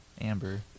amber